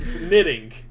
knitting